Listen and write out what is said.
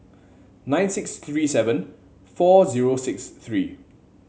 nine six three seven four zero six three